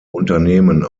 unternehmen